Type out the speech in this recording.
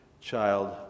child